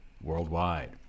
worldwide